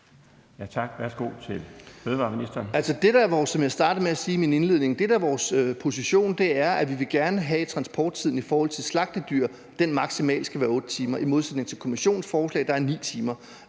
at sige i min indledning, er det, der er vores position, at vi gerne vil have, at transporttiden i forhold til slagtedyr maksimalt skal være 8 timer – i modsætning til Kommissionens forslag, der er 9 timer.